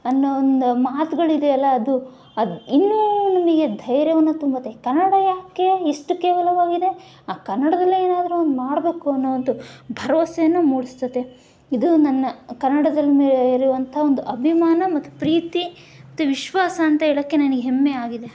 ಅನ್ನೋ ಒಂದು ಮಾತುಗಳಿದೆಯಲ್ಲ ಅದು ಅದು ಇನ್ನೂ ನನಗೆ ಧೈರ್ಯವನ್ನು ತುಂಬುತ್ತೆ ಕನ್ನಡ ಯಾಕೆ ಇಷ್ಟು ಕೇವಲವಾಗಿದೆ ಆ ಕನ್ನಡದಲ್ಲೇ ಏನಾದರೂ ಒಂದು ಮಾಡಬೇಕು ಅನ್ನೋ ಒಂದು ಭರವಸೆಯನ್ನ ಮೂಡ್ಸತ್ತೆ ಇದು ನನ್ನ ಕನ್ನಡದಲ್ಲಿ ಇರುವಂಥ ಒಂದು ಅಭಿಮಾನ ಮತ್ತು ಪ್ರೀತಿ ಮತ್ತು ವಿಶ್ವಾಸ ಅಂತ ಹೇಳೋಕ್ಕೆ ನನಗೆ ಹೆಮ್ಮೆ ಆಗಿದೆ